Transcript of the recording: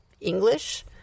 English